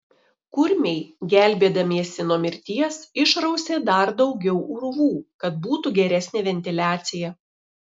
kurmiai gelbėdamiesi nuo mirties išrausė dar daugiau urvų kad būtų geresnė ventiliacija